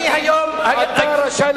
אדוני, אדוני, היום, היום,